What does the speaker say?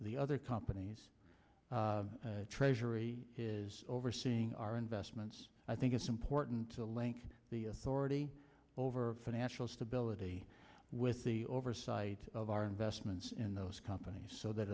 the other companies treasury overseeing our investments i think it's important to link the authority over financial stability with the oversight of our investments in those companies so that